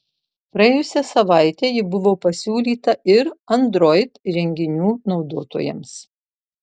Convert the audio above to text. praėjusią savaitę ji buvo pasiūlyta ir android įrenginių naudotojams